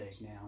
Now